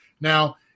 Now –